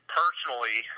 personally